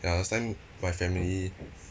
ya last time my family